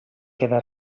queda